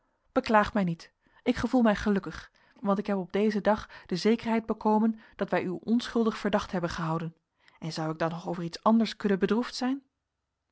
beklaag mij niet ik gevoel mij gelukkig want ik heb op dezen dag de zekerheid bekomen dat wij u onschuldig verdacht hebben gehouden en zou ik dan nog over iets anders kunnen bedroefd zijn